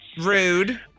Rude